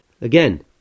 Again